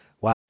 Wow